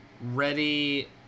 ready